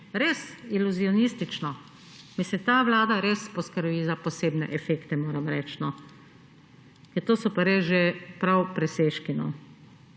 res, iluzionistično. Mislim, ta vlada res poskrbi za posebne efekte, moram reči. To so pa res že prav presežki.